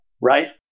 Right